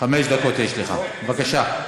חמש דקות יש לך, בבקשה.